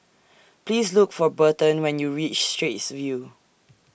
Please Look For Burton when YOU REACH Straits View